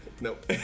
Nope